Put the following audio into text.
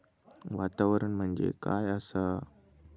वातावरण म्हणजे काय आसा?